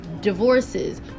divorces